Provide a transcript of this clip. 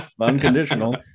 unconditional